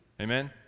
amen